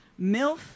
Milf